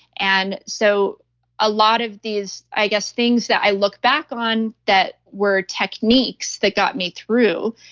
and so a lot of these, i guess, things that i look back on that were techniques that got me through,